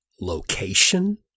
location